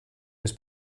was